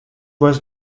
was